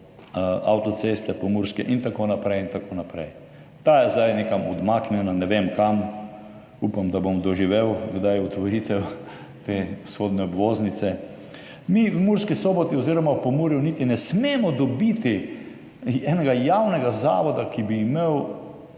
avtoceste in tako naprej in tako naprej, je ta zdaj nekam odmaknjena, ne vem, kam, upam, da bom kdaj doživel otvoritev te vzhodne obvoznice. Mi v Murski Soboti oziroma v Pomurju niti ne smemo dobiti enega javnega zavoda, ki bi imel